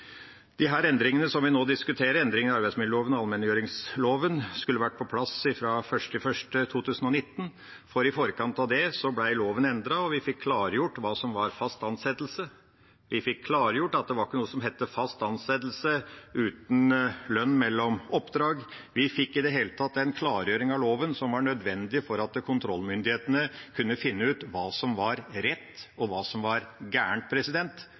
de som ønsker å sette seg grundig inn i den, har mulighet til det, og vil da kunne se dokumentasjonen på det jeg nå sier. Disse endringene som vi nå diskuterer, endringene i arbeidsmiljøloven og allmenngjøringsloven, skulle vært på plass fra 1. januar 2019. I forkant av det ble loven endret, og vi fikk klargjort hva som var fast ansettelse, vi fikk klargjort at det ikke var noe som het fast ansettelse uten lønn mellom oppdrag. Vi fikk i det hele tatt den klargjøring av loven som var nødvendig for at kontrollmyndighetene kunne finne